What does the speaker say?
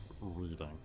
reading